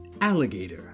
Alligator